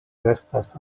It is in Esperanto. restas